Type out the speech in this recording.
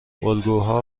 الگوها